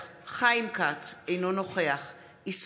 אינו נוכח חיים כץ,